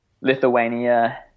Lithuania